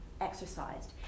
Exercised